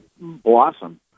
blossom